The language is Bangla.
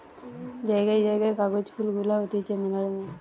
জায়গায় জায়গায় কাগজ ফুল গুলা হতিছে মেলা রঙের